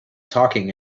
talking